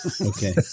okay